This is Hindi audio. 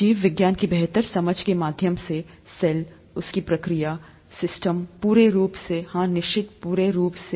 जीव विज्ञान की बेहतर समझ के माध्यम से सेल उसकी प्रक्रिया सिस्टम पूरे रूप से हां निश्चित रूप से